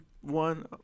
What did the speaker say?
one